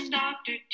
doctor